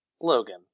Logan